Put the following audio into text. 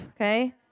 okay